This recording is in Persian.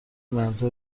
منزل